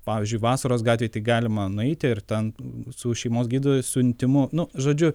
pavyzdžiui vasaros gatvėj tai galima nueiti ir ten su šeimos gydytojo siuntimu nu žodžiu